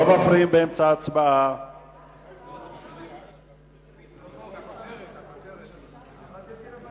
העוזרים, אני אוציא אתכם, אתם מפריעים שם.